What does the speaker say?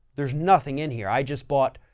there's nothing in here. i just bought,